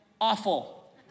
awful